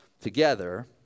together